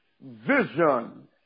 vision